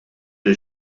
lil